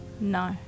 No